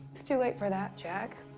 it's too late for that, jack.